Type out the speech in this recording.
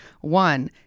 One